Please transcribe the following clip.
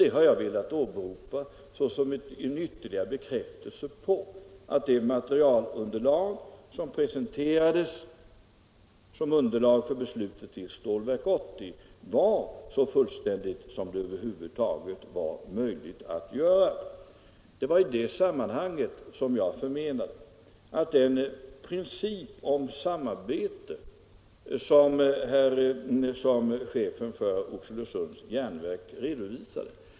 Det har jag velat åberopa såsom en ytterligare bekräftelse på att det material som presenterades som underlag för beslutet om Stålverk 80 var så fullständigt som det över huvud taget var möjligt att åstadkomma. Det var i detta sammanhang jag erinrade om den princip om samarbete som chefen för Oxelösunds Järnverk redovisade.